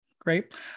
great